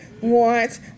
want